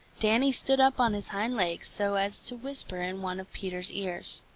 danny stood up on his hind legs so as to whisper in one of peter's ears.